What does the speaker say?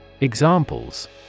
Examples